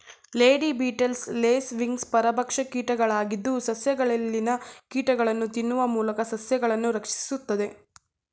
lady beetles, lace wings ಪರಭಕ್ಷ ಕೀಟಗಳಾಗಿದ್ದು, ಸಸ್ಯಗಳಲ್ಲಿನ ಕೀಟಗಳನ್ನು ತಿನ್ನುವ ಮೂಲಕ ಸಸ್ಯಗಳನ್ನು ರಕ್ಷಿಸುತ್ತದೆ